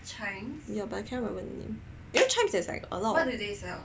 nearby but I can't remember the name you know Chijmes got a lot of